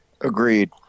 Agreed